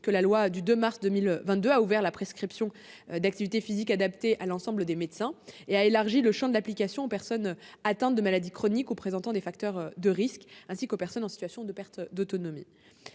que la loi du 2 mars 2022 a ouvert la prescription d'activité physique adaptée à l'ensemble des médecins et élargi le champ d'application aux personnes atteintes de maladies chroniques ou présentant des facteurs de risque, ainsi qu'aux personnes en situation de perte d'autonomie.